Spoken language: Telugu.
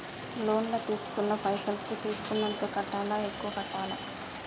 లోన్ లా తీస్కున్న పైసల్ కి తీస్కున్నంతనే కట్టాలా? ఎక్కువ కట్టాలా?